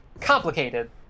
complicated